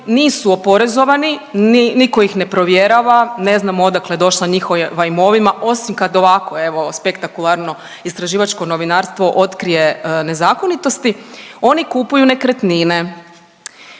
nisu oporezovani, ni nitko ih ne provjeravam, ne znamo odakle je došla njihova imovina osim kad ovako evo spektakularno istraživačko novinarstvo otkrije nezakonitosti, oni kupuju nekretnine.